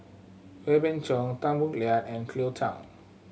Wee Beng Chong Tan Boo Liat and Cleo Thang